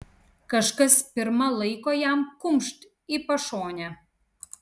kažkas pirma laiko jam kumšt į pašonę